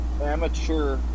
amateur